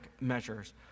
measures